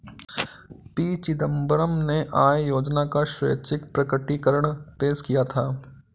P Chidambaram ने आय योजना का स्वैच्छिक प्रकटीकरण पेश किया था